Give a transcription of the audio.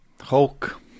Hulk